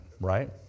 right